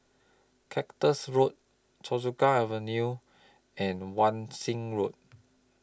Cactus Road Choa Chu Kang Avenue and Wan Shih Road